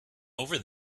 over